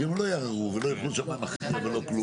לא, לא.